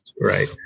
Right